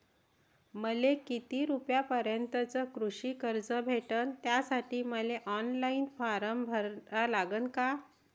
मले किती रूपयापर्यंतचं कृषी कर्ज भेटन, त्यासाठी मले ऑनलाईन फारम भरा लागन का?